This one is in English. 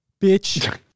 bitch